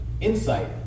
insight